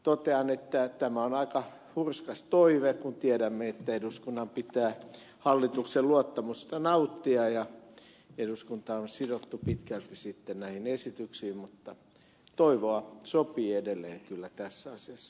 totean että tämä on aika hurskas toive kun tiedämme että eduskunnan pitää hallituksen luottamusta nauttia ja eduskunta on sidottu pitkälti sitten näihin esityksiin mutta toivoa sopii edelleen kyllä tässä asiassa